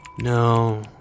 No